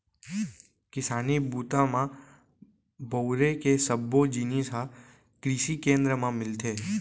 किसानी बूता म बउरे के सब्बो जिनिस ह कृसि केंद्र म मिलथे